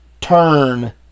turn